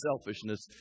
selfishness